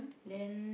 then